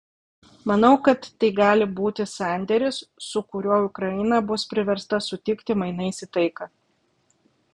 manau kad tai gali būti sandėris su kuriuo ukraina bus priversta sutikti mainais į taiką